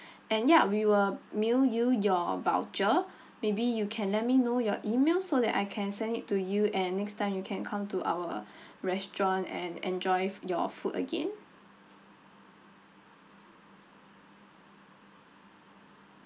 and ya we will mail you your voucher maybe you can let me know your email so that I can send it to you and next time you can come to our restaurant and enjoy your food again